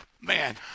man